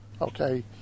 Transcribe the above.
Okay